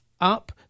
up